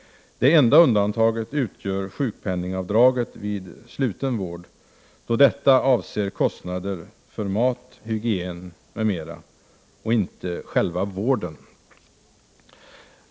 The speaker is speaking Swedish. Det enda undantaget utgör sjukpenningavdraget vid sluten vård, då detta avser kostnader för mat, hygien m.m. och inte själva vården.